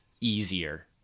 easier